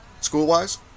school-wise